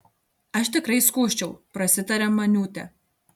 aš tikrai skųsčiau prasitarė muniūtė